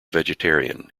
vegetarian